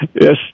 Yes